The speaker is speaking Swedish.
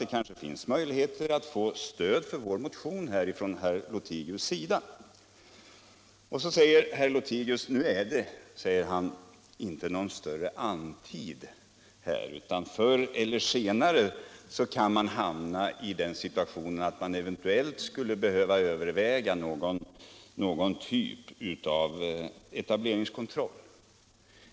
Men kanske finns det möjligheter att få stöd för vår motion från herr Lothigius sida. Herr Lothigius säger sedan att det inte var någon större brådska men att man senare kunde hamna i den situationen att man behöver överväga någon typ av etableringskontroll.